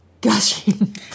gushing